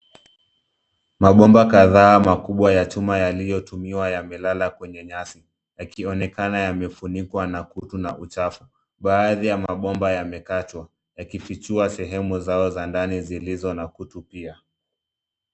Mabomba kadhaa makubwa ya chuma yaliyotumiwa yamelala kwenye nyasi yakionekana yamefunikwa na kutu na uchafu. Baadhi ya mabomba yamekatwa yakifichua sehemu zao za ndani zilizo na kutu pia.